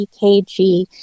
EKG